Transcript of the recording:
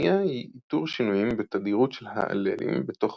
והשנייה היא איתור שינויים בתדירות של האללים בתוך